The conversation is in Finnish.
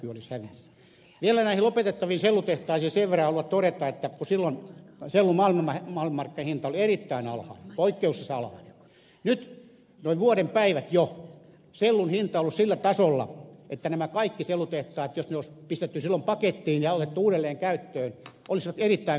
vielä näihin lopetettaviin sellutehtaisiin sen verran haluan todeta että kun silloin sellun maailmanmarkkinahinta oli erittäin alhainen poikkeuksellisen alhainen nyt jo noin vuoden päivät sellun hinta on ollut sillä tasolla että nämä kaikki sellutehtaat jos ne olisi pantu silloin pakettiin ja otettu uudelleen käyttöön olisivat erittäin kannattavia